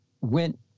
went